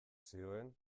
zioen